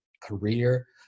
career